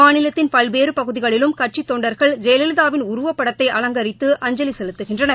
மாநிலத்தின் பல்வேறு பகுதிகளிலும் கட்சித் தொண்டர்கள் ஜெயலலிதாவின் உருவப்படத்தை அலங்கரித்து அஞ்சலி செலுத்துகின்றனர்